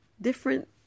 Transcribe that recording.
different